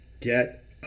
get